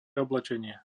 oblečenie